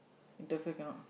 interfere cannot